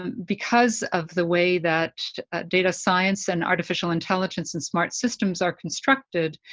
because of the way that data science, and artificial intelligence, and smart systems are constructed,